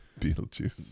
Beetlejuice